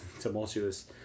tumultuous